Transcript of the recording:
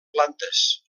plantes